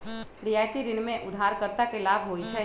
रियायती ऋण में उधारकर्ता के लाभ होइ छइ